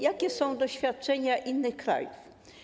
Jakie są doświadczenia innych krajów?